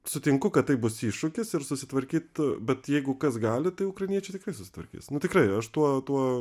sutinku kad tai bus iššūkis ir susitvarkyt bet jeigu kas gali tai ukrainiečiai tikrai susitvarkys nu tikrai aš tuo tuo